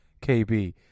KB